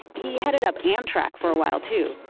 he headed up amtrak for a while too.